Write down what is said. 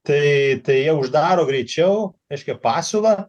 tai tai jie uždaro greičiau reiškia pasiūlą